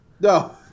No